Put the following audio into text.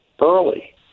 early